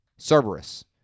Cerberus